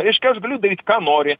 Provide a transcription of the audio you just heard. reiškia aš galiu daryt ką nori